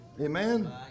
Amen